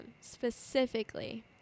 specifically